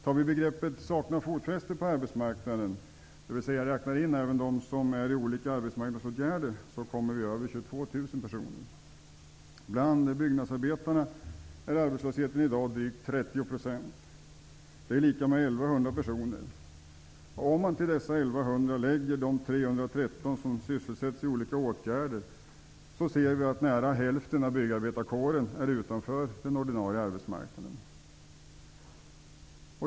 Tar vi begreppet ''saknar fotfäste på arbetsmarknaden'', dvs. om vi räknar in även dem som är föremål för olika arbetsmarknadsåtgärder, kommer vi över 22 000 Bland byggnadsarbetarna är arbetslösheten i dag drygt 30 %, dvs. 1 100 personer. Om man till dessa 1 100 lägger de 313 som sysselsätts genom olika åtgärder ser vi att nära hälften av byggarbetarkåren står utanför den ordinarie arbetsmarknaden.